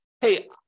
hey